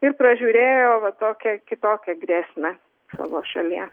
ir pražiūrėjo va tokią kitokią grėsmę savo šalyje